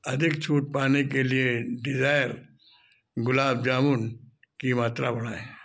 अधिक छूट पाने के लिए डिजायर गुलाब जामुन की मात्रा बढ़ाए